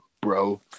bro